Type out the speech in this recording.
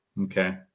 Okay